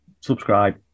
Subscribe